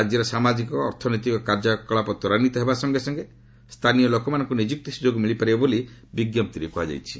ରାଜ୍ୟର ସାମାଜିକ ଅର୍ଥନୈତିକ କାର୍ଯ୍ୟକଳାପ ତ୍ୱରାନ୍ୱିତ ହେବା ସଙ୍ଗେ ସଙ୍ଗେ ସ୍ଥାନୀୟ ଲୋକମାନଙ୍କୁ ନିଯୁକ୍ତି ସୁଯୋଗ ମିଳିପାରିବ ବୋଲି ବିଞ୍ଜପ୍ତିରେ କୁହାଯାଇଛି